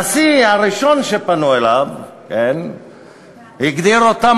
הנשיא הראשון שפנו אליו הגדיר אותם,